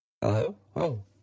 Hello